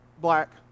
black